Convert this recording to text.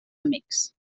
amics